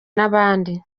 n’abandi